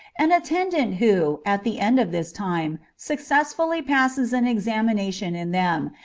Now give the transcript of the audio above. an attendant who, at the end of this time, successfully passes an examination in them,